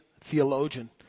theologian